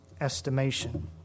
estimation